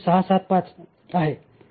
675 आहे